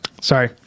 Sorry